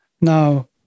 Now